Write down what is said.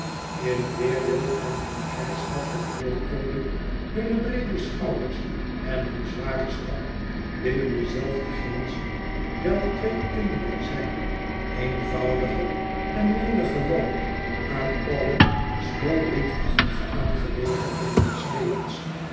in weerwil van hun krijgshaftig voorkomen hunne breed e schouders en hun zwaren stap binnen dezelfde grenzen wel twee kinderen zijn eenvoudiger en minder gewoon aan alle smallweedachtige aangelegenheden des levens